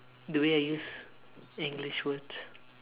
the way I use English words